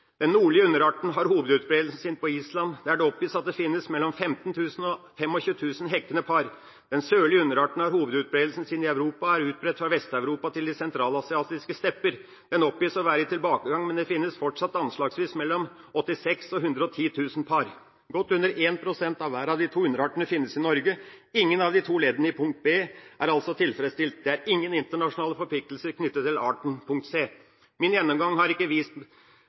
Den nordlige underarten har hovedutbredelsen sin på Island, der det oppgis at det finnes mellom 15 000 og 25 000 hekkende par. Den sørlige underarten har hovedutbredelsen sin i Europa, og er utbredt fra Vest-Europa til de sentralasiatiske stepper. Den oppgis å være i tilbakegang, men det finnes fortsatt anslagsvis mellom 86 000 og 110 000 par. Godt under 1 pst. av hver av de to underartene finnes i Norge. Ingen av de to leddene i punkt b er altså tilfredsstilt. Det er ingen «internasjonale forpliktelser knyttet til arten» – punkt c. Min gjennomgang har ikke vist